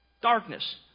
darkness